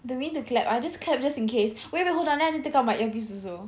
do we need to clap or just clap just in case wait wait hold on let me take out my earpiece also